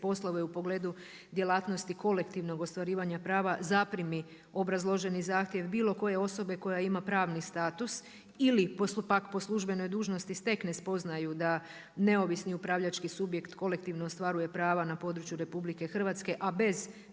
poslove u pogledu djelatnosti kolektivnog ostvarivanja prava zaprimi obrazloženi zahtjev bilo koje osobe koja ima pravni status ili postupak … po službenoj dužnosti stekne spoznaju da neovisni upravljački subjekt kolektivno ostvaruje prava na području RH a bez